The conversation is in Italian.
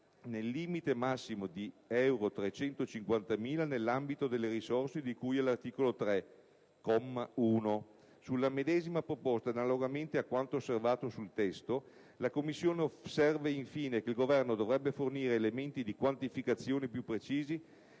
nel limite massimo di euro 350 mila nell'ambito delle risorse di cui all'articolo 3, comma 1". Sulla medesima proposta, analogamente a quanto osservato sul testo, la Commissione osserva infine che il Governo dovrebbe fornire elementi di quantificazione più precisi